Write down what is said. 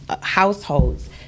households